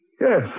Yes